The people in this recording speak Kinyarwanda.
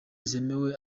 zemewe